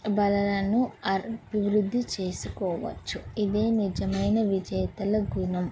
బలాలను అభివృద్ధి చేసుకోవచ్చు ఇదే నిజమైన విజేతల గుణం